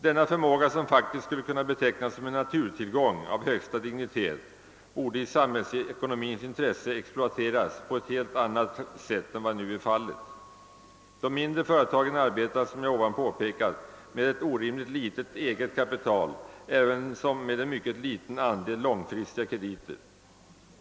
Denna förmåga, som faktiskt skulle kunna betecknas som en naturtillgång av högsta dignitet, borde i samhällsekonomins intresse exploateras på ett helt annat sätt än vad nu är fallet. De mindre företagen arbetar, som jag redan påpekat, med ett orimligt litet eget kapital ävensom med en mycket liten andel långfristiga krediter.